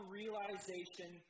realization